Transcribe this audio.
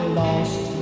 lost